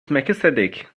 melchizedek